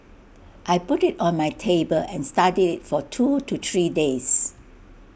I put IT on my table and studied IT for two to three days